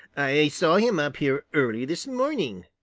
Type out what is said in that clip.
i saw him up here early this morning.